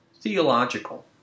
theological